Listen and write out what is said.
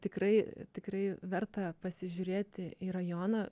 tikrai tikrai verta pasižiūrėti į rajoną